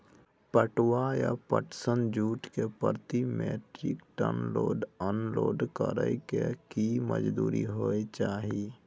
पटुआ या पटसन, जूट के प्रति metric ton load unload करै के की मजदूरी होय चाही?